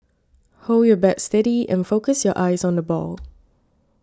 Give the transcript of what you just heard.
hold your bat steady and focus your eyes on the ball